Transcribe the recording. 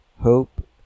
hope